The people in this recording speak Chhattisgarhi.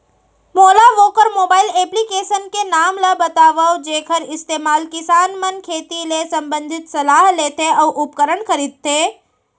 मोला वोकर मोबाईल एप्लीकेशन के नाम ल बतावव जेखर इस्तेमाल किसान मन खेती ले संबंधित सलाह लेथे अऊ उपकरण खरीदथे?